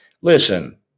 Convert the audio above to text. Listen